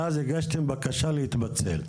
ואז הגשתם בקשה להתפצל.